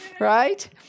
right